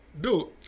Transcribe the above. dude